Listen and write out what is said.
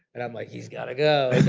and i'm like, he's got to go.